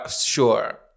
sure